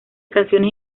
canciones